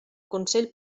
consell